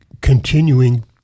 continuing